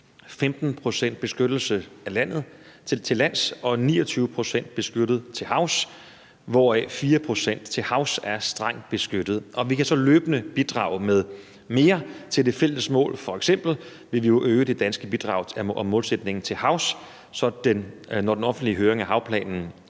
15 pct. beskyttet areal til lands og 29 pct. beskyttet areal til havs, hvoraf 4 pct. til havs er strengt beskyttet. Vi kan så løbende bidrage med mere til det fælles mål. F.eks. vil vi øge det danske bidrag til målsætningen til havs, når den offentlige høring af havplanen,